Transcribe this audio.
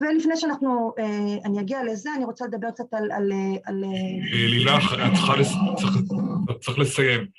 ולפני שאנחנו, אני אגיע לזה, אני רוצה לדבר קצת על... לילך, את צריכה לסיים.